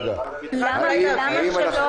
נרשמו ונתזכר אותם עוד פעם שהם צריכים להירשם.